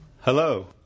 Hello